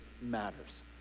matters